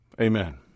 Amen